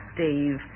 Steve